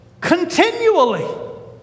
continually